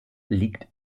liegt